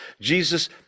Jesus